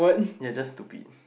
you are just stupid